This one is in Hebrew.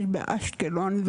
באשקלון.